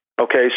Okay